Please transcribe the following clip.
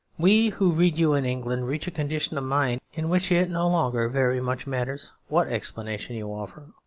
we who read you in england reach a condition of mind in which it no longer very much matters what explanation you offer,